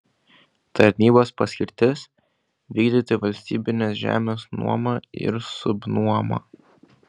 tarnybos paskirtis vykdyti valstybinės žemės nuomą ir subnuomą